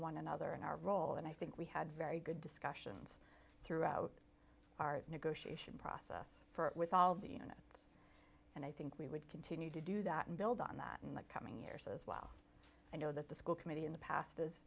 one another in our role and i think we had very good discussions throughout our negotiation process for it with all of the you know and i think we would continue to do that and build on that in the coming years as well i know that the school committee in the past is